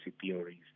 theories